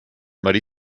muddy